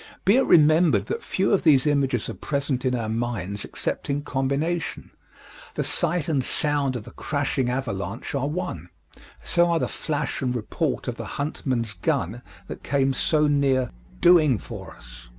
be it remembered that few of these images are present in our minds except in combination the sight and sound of the crashing avalanche are one so are the flash and report of the huntman's gun that came so near doing for us.